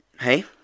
Hey